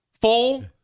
full